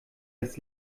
das